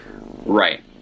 Right